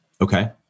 Okay